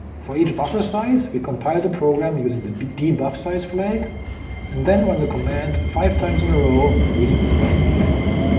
for each buffer size, we compile the program using the dbuffsize flag and then run the command five times in a row, reading the specified file.